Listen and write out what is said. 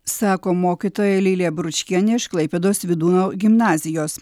sako mokytoja lilija bručkienė iš klaipėdos vydūno gimnazijos